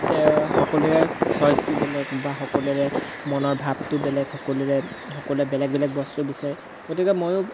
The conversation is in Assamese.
সকলোৰে ছইচটো বেলেগ বা সকলোৰে মনৰ ভাবটো বেলেগ সকলোৰে সকলোৱে বেলেগ বেলেগ বস্তু বিচাৰে গতিকে ময়ো